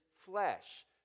flesh